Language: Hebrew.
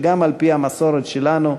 שגם על-פי המסורת שלנו,